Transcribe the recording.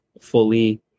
fully